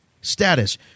status